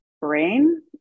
brain